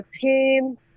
team